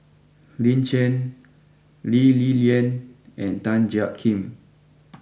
Lin Chen Lee Li Lian and Tan Jiak Kim